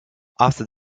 after